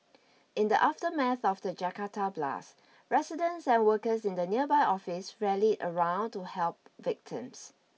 in the aftermath of the Jakarta blasts residents and workers in nearby offices rallied round to help victims